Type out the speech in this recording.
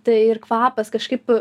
tai ir kvapas kažkaip